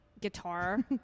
guitar